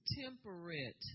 temperate